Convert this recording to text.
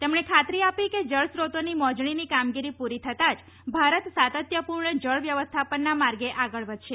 તેમણે ખાતરી આપી કે જળ સોતોની મોજણીની કામગીરી પુરી થતાં જ ભારત સાતત્યપૂર્ણ જળ વ્યવસ્થાપનના માર્ગે આગળ વધશે